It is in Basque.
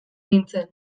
nintzen